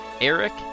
Eric